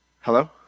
Hello